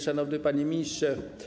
Szanowny Panie Ministrze!